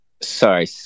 Sorry